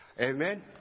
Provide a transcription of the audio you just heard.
amen